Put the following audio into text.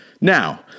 Now